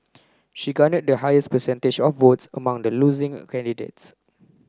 she garnered the highest percentage of votes among the losing candidates